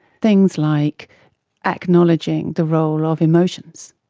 things like acknowledging the role of emotions,